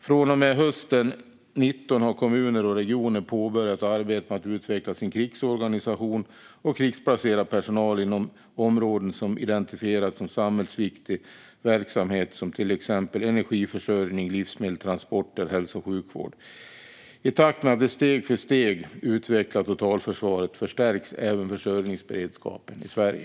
Från och med hösten 2019 har kommuner och regioner påbörjat ett arbete med att utveckla sin krigsorganisation och krigsplacera personal inom områden som har identifierats som samhällsviktig verksamhet, till exempel energiförsörjning, livsmedel, transporter och hälso och sjukvård. I takt med att vi steg för steg utvecklar totalförsvaret förstärks även försörjningsberedskapen i Sverige.